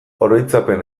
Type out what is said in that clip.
oroitzapen